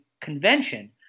convention